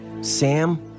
Sam